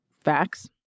Facts